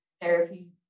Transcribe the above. Therapy